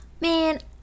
man